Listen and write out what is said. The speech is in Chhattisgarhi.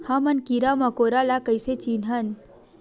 हमन कीरा मकोरा ला कइसे चिन्हन?